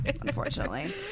unfortunately